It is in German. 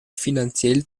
finanziell